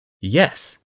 Yes